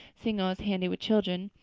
seeing i was handy with children,